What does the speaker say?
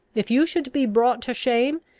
if you should be brought to shame,